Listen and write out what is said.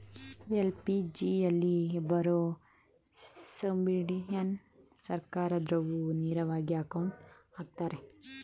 ಎಲ್.ಪಿ.ಜಿಯಲ್ಲಿ ಬರೋ ಸಬ್ಸಿಡಿನ ಸರ್ಕಾರ್ದಾವ್ರು ನೇರವಾಗಿ ಅಕೌಂಟ್ಗೆ ಅಕ್ತರೆ